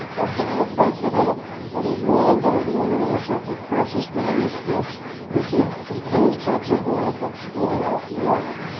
had not affected him but he mourned over the loss of the precious manuscripts which had contained such a wealth of stored up learning.